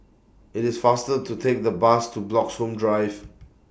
IT IS faster to Take The Bus to Bloxhome Drive